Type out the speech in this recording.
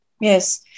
Yes